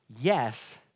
yes